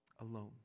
alone